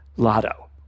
Lotto